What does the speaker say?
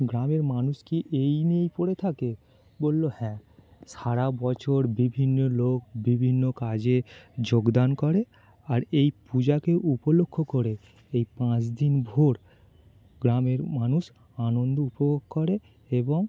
গ্রামের মানুষ কি এই নিয়েই পড়ে থাকে বলল হ্যাঁ সারা বছর বিভিন্ন লোক বিভিন্ন কাজে যোগদান করে আর এই পূজাকে উপলক্ষ্য করে এই পাঁচ দিনভর গ্রামের মানুষ আনন্দ উপভোগ করে এবং